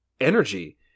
energy